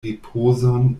ripozon